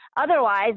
otherwise